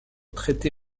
traité